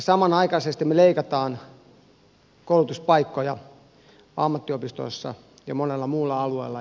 samanaikaisesti me leikkaamme koulutuspaikkoja ammattiopistoissa ja monella muulla alueella